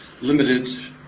limited